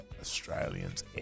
Australians